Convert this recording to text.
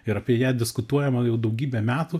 ir apie ją diskutuojama jau daugybę metų